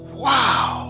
wow